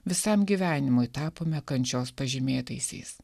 visam gyvenimui tapome kančios pažymėtaisiais